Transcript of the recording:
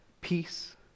peace